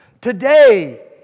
Today